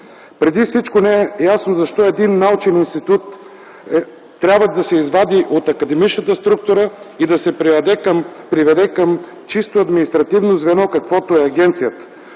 Преди всичко не е ясно защо един научен институт трябва да се извади от академичната структура и да се приведе към чисто административно звено, каквото е агенцията.